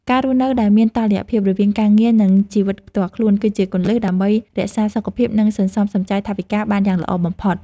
ការរស់នៅដោយមានតុល្យភាពរវាងការងារនិងជីវិតផ្ទាល់ខ្លួន គឺជាគន្លឹះដើម្បីរក្សាសុខភាពនិងសន្សំសំចៃថវិកាបានយ៉ាងល្អបំផុត។